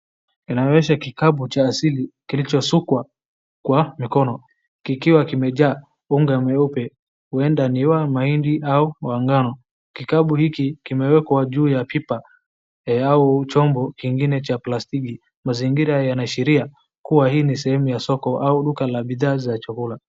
Inaonyesha kikapu cha asili kilichosukwa kwa mkono, kikiwa kimejaa unga mweupe, huenda ni wa mahindi au wa ngano. Kikapu hiki kimewekwa juu ya pipa au chombo kingine cha plastiki. Mazingira yanaashiri hii ni sehemu ya soko au duka la bidhaa za chakula.